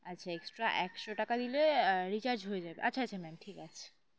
আচ্ছা এক্সট্রা একশো টাকা দিলে রিচার্জ হয়ে যাবে আচ্ছা আচ্ছা ম্যাম ঠিক আছে